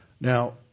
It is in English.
Now